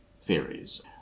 theories